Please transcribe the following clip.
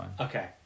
Okay